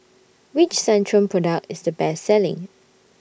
Which Centrum Product IS The Best Selling